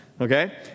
okay